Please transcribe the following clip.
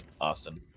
Austin